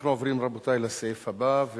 אנחנו נעבור להצעות לסדר-היום: